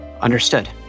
Understood